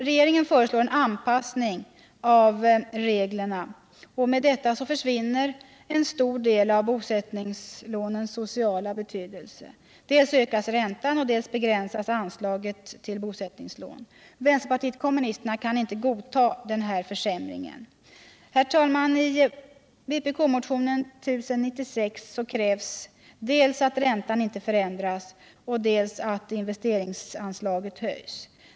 Regeringen föreslår en anpassning av reglerna, och med detta försvinner en stor del av bosättningslånens sociala betydelse. Dels ökas räntan, dels begränsas anslaget till bosättningslån. Vänsterpartiet kommunisterna kan inte godta denna försämring. Herr talman! I vpk-motionen 1096 krävs dels att räntan inte förändras, dels att investeringsanslaget höjs.